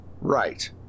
Right